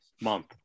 month